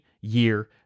year